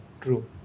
true